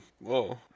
Whoa